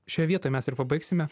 šioj vietoj mes ir pabaigsime